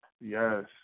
Yes